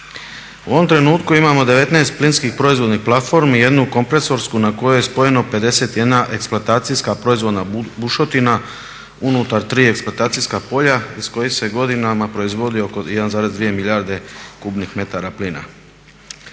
U ovom trenutku imamo 19 plinskih proizvodnih platformi, jednu kompresorsku na koju je spojeno 51 eksploatacijska proizvodna bušotina unutar 3 eksploatacijska polja iz kojih se godinama proizvodi oko 1,2 milijarde kubnih metara plina.